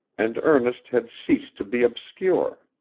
and ernest had ceased to be obscure.